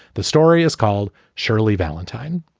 the story is called shirley valentine.